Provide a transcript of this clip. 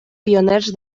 pioners